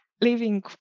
living